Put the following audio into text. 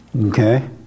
Okay